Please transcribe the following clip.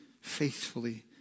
faithfully